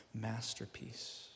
Masterpiece